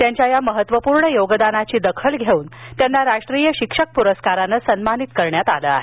त्यांच्या या महत्वपूर्ण योगदानाची दखल घेऊन त्यांना राष्ट्रीय शिक्षक पुरस्कारानं सन्मानित करण्यात आलं आहे